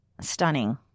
stunning